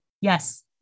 Yes